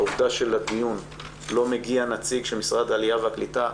העובדה שלדיון לא מגיע נציג של משרד העלייה והקליטה,